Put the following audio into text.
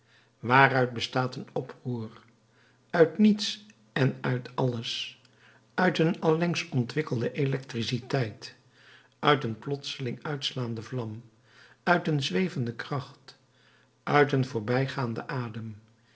waaruit bestaat een oproer uit niets en uit alles uit een allengs ontwikkelde electriciteit uit een plotseling uitslaande vlam uit een zwevende kracht uit een voorbijgaanden adem